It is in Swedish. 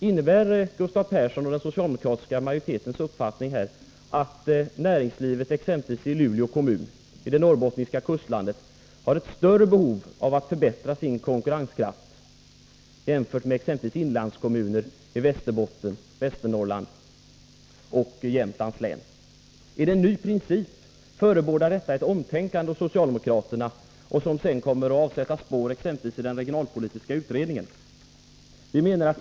Innebär Gustav Perssons och den socialdemokratiska majoritetens uppfattning att näringslivet i exempelvis Luleå kommun i det norrbottniska kustlandet har ett större behov av att förbättra sin konkurrenskraft än näringslivet i inlandskommuner i Västerbotten, Västernorrland och Jämtlands län har? Är det en ny princip som förebådar ett omtänkande hos socialdemokraterna och en princip som därefter kommer att avsätta spår i exempelvis den regionalpolitiska utredningen?